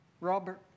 Robert